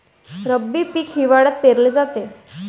रब्बी पीक हिवाळ्यात पेरले जाते